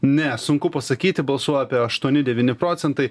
ne sunku pasakyti balsų apie aštuoni devyni procentai